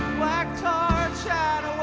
black tar, china